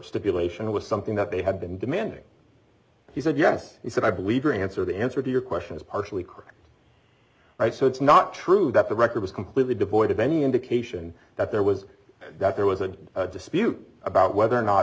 stipulation was something that they had been demanding he said yes he said i believe during answer the answer to your question is partially correct so it's not true that the record was completely devoid of any indication that there was that there was a dispute about whether or not